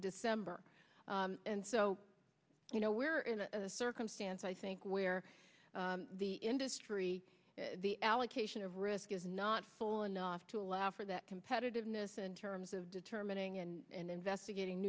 december and so you know we're in a circumstance i think where the industry the allocation of risk is not full enough to allow for that competitiveness in terms of determining and investigating